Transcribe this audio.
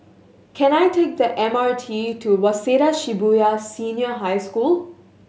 can I take the M R T to Waseda Shibuya Senior High School